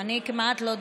אני כמעט לא דיברתי.